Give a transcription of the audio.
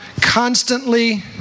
constantly